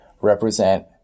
represent